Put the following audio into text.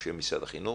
אנשי משרד החינוך.